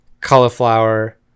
cauliflower